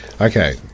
Okay